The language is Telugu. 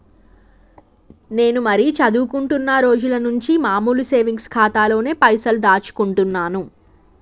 నేను మరీ చదువుకుంటున్నా రోజుల నుంచి మామూలు సేవింగ్స్ ఖాతాలోనే పైసలు దాచుకుంటున్నాను